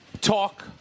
talk